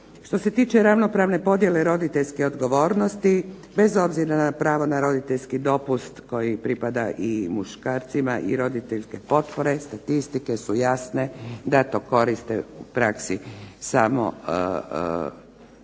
Što se tiče ravnopravne podjele roditeljske odgovornosti, bez obzira na pravo na roditeljski dopust koji pripada i muškarcima i roditeljske potpore, statistike su jasne da to korist u praksi samo žene.